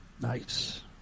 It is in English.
Nice